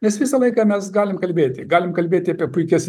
nes visą laiką mes galim kalbėti galim kalbėti apie puikias